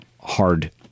hard